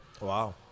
Wow